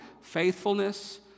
Faithfulness